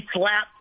slapped